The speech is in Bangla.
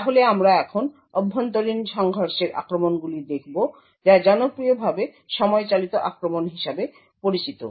তাহলে আমরা এখন অভ্যন্তরীণ সংঘর্ষের আক্রমণগুলি দেখব যা জনপ্রিয়ভাবে সময় চালিত আক্রমণ হিসাবে পরিচিত